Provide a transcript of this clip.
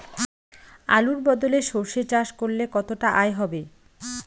আলুর বদলে সরষে চাষ করলে কতটা আয় হবে?